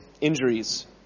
injuries